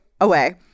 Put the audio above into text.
away